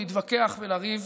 להתווכח ולריב,